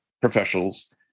professionals